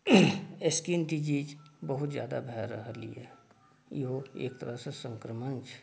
skin disease बहुत जादा भऽ रहल यऽ इहो एक तरहसँ संक्रमण छै